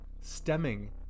stemming